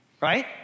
right